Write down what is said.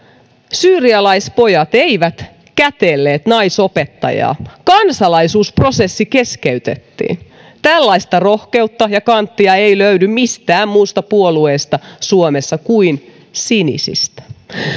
syyrialaispojat eivät kätelleet naisopettajaa kansalaisuusprosessi keskeytettiin tällaista rohkeutta ja kanttia ei löydy mistään muusta puolueesta suomessa kuin sinisistä